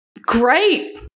Great